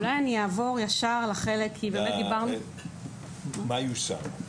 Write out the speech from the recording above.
ומה יושם.